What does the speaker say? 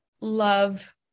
love